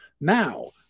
Now